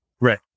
Right